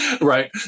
right